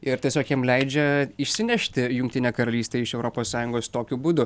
ir tiesiog jiem leidžia išsinešti jungtinę karalystę iš europos sąjungos tokiu būdu